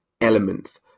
elements